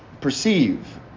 perceive